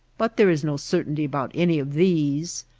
but there is no certainty about any of these.